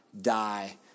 die